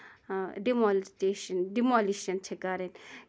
آ ڈِمولِسٹیٚشن ڈِمولِشن چھِ کَرٕنۍ